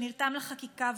שנרתם לחקיקה,